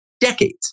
decades